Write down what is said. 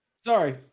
Sorry